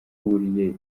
iwe